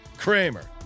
Kramer